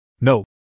No